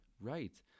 Right